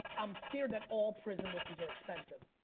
i'm scared that all prison rookies are expensive.